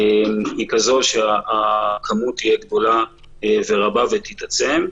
שהכמות תהיה גדולה ורבה ותתעצם.